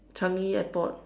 Changi airport